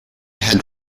had